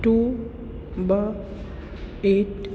two ॿ at